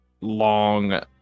long